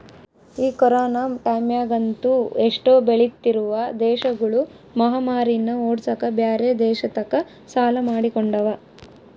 ಈ ಕೊರೊನ ಟೈಮ್ಯಗಂತೂ ಎಷ್ಟೊ ಬೆಳಿತ್ತಿರುವ ದೇಶಗುಳು ಮಹಾಮಾರಿನ್ನ ಓಡ್ಸಕ ಬ್ಯೆರೆ ದೇಶತಕ ಸಾಲ ಮಾಡಿಕೊಂಡವ